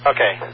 Okay